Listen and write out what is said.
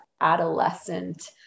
adolescent